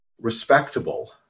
respectable